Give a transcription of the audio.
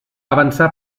avançar